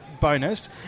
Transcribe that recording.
bonus